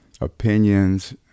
opinions